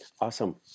Awesome